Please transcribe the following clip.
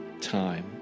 time